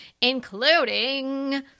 including